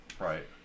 Right